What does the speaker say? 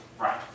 Right